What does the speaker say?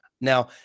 Now